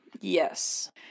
Yes